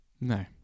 No